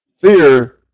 Fear